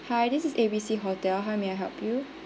hi this is A_B_C hotel hi may I help you